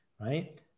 right